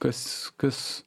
kas kas